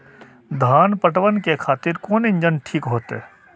धान पटवन के खातिर कोन इंजन ठीक होते?